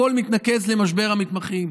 הכול מתנקז למשבר המתמחים.